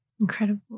Incredible